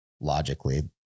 logically